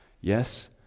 Yes